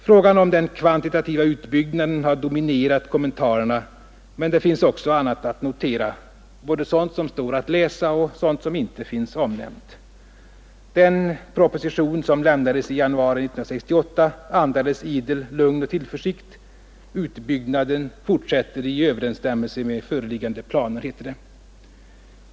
Frågan om den kvantitativa utbyggnaden har dominerat kommentarerna, men det finns också annat att notera — både sådant som står att läsa och sådant som inte finns omnämnt. Den proposition som lämnades i januari 1968 andades idel lugn och tillförsikt — utbyggnaden fortsätter i överensstämmelse med föreliggande planer, heter det.